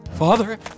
Father